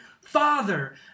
Father